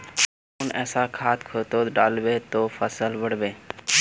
कुन ऐसा खाद खेतोत डालबो ते फसल बढ़बे?